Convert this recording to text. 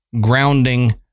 grounding